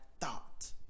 thought